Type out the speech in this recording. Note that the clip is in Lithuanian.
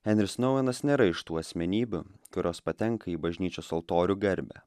henris nouenas nėra iš tų asmenybių kurios patenka į bažnyčios altorių garbę